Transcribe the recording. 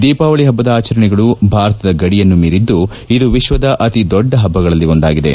ದೀಪಾವಳಿ ಹಬ್ಬದ ಆಚರಣೆಗಳು ಭಾರತದ ಗಡಿಯನ್ನು ಮೀರಿದ್ಲು ಇದು ವಿಶ್ಲದ ಅತಿ ದೊಡ್ಡ ಹಬ್ಬಗಳಲ್ಲಿ ಒಂದಾಗಿದೆ